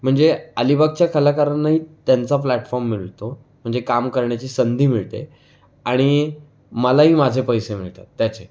म्हणजे अलिबागच्या कलाकारांनाही त्यांचा फ्लॅटफॉर्म मिळतो म्हणजे काम करण्याची संधी मिळते आणि मलाही माझे पैसे मिळतात त्याचे